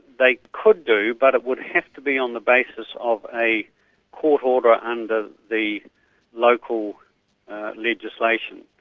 they could do, but it would have to be on the basis of a court order under the local legislation.